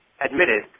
admitted